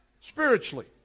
spiritually